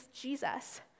Jesus